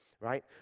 right